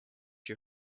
you